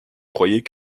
croyaient